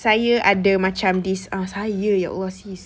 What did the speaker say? saya ada macam this uh saya allah sis